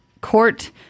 court